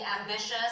ambitious